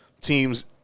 teams